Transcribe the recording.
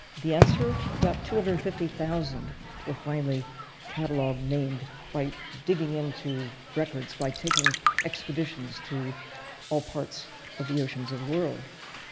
the answer about two hundred and fifty thousand were finally catalogued, named by digging into records, by taking expeditions to all parts of the oceans of the world.